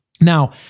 Now